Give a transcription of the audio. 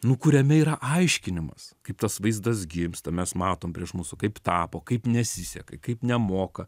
nu kuriame yra aiškinimas kaip tas vaizdas gimsta mes matom prieš mūsų kaip tapo kaip nesiseka kaip nemoka